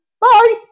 Bye